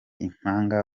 impanga